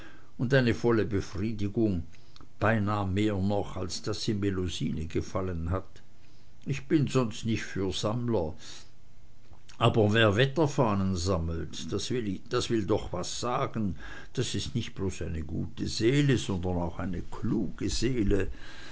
und eine volle befriedigung beinah mehr noch als daß ihm melusine gefallen hat ich bin sonst nicht für sammler aber wer wetterfahnen sammelt das will doch was sagen das ist nicht bloß eine gute seele sondern auch eine kluge seele